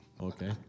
Okay